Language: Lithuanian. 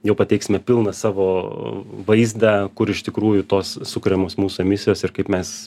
jau pateiksime pilną savo vaizdą kur iš tikrųjų tos sukuriamos mūsų emisijos ir kaip mes